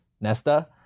Nesta